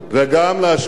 וגם להשקיע